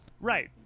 Right